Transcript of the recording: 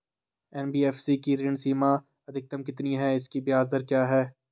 NBFC की ऋण सीमा अधिकतम कितनी है इसकी ब्याज दर क्या है?